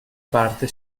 parte